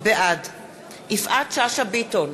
בעד יפעת שאשא ביטון,